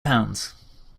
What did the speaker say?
pounds